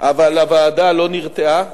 אבל הוועדה לא נרתעה